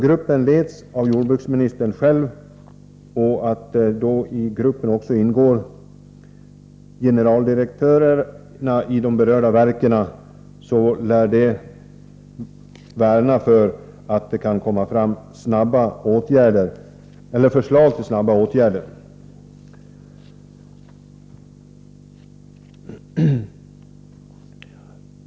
Gruppen leds av jordbruksministern själv och I gruppen ingår generaldirektörerna i de berörda verken. Det lär borga för att det kommer fram förslag till snabba åtgärder.